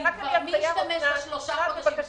מי ישתמש בשלושה החודשים?